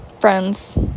friends